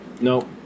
No